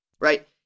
right